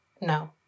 no